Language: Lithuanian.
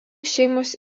šeimos